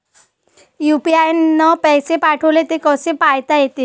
UPI न पैसे पाठवले, ते कसे पायता येते?